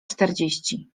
czterdzieści